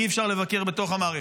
אי-אפשר לבקר בתוך המערכת.